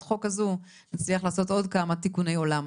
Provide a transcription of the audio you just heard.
החוק הזו נצליח לעשות עוד כמה תיקוני עולם,